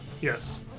Yes